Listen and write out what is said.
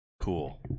Cool